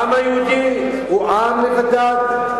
העם היהודי הוא עם לבדד.